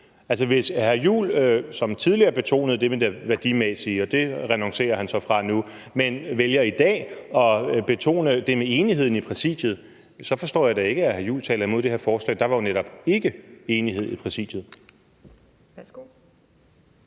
Altså, hvis hr. Christian Juhl, som tidligere betonede det med det værdimæssige – og det renoncerer han så fra nu – i dag vælger at betone det med enigheden i Præsidiet, så forstår jeg da ikke, at hr. Christian Juhl taler imod det her forslag. Der var jo netop ikke enighed i Præsidiet.